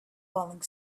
falling